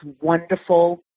wonderful